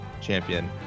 champion